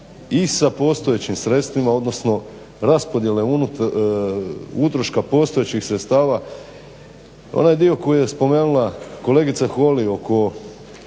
i sa postojećim sredstvima odnosno raspodjele unutar utroška postojećih sredstava. Onaj dio koji je spomenula kolegica Holy oko